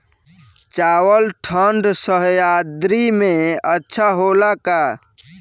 चावल ठंढ सह्याद्री में अच्छा होला का?